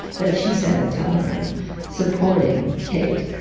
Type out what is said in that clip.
but she sent a telegram supporting kate.